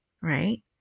right